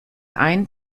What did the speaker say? ein